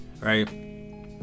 right